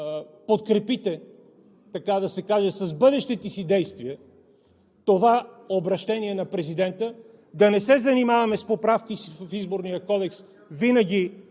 подкрепите, така да се каже, с бъдещите си действия това обръщение на президента – да не се занимаваме с поправки в Изборния кодекс винаги